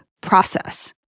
process